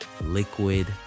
Liquid